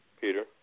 Peter